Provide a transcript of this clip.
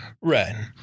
right